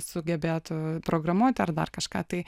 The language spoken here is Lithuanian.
sugebėtų programuoti ar dar kažką tai